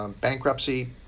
bankruptcy